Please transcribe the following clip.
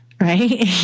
right